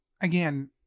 again